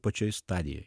pačioj stadijoj